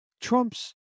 Trump's